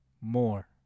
more